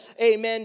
Amen